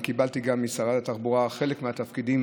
קיבלתי גם משרת התחבורה חלק מהתפקידים,